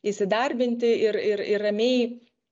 įsidarbinti ir ir ir ramiai